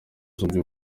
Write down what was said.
ikibazo